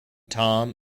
tom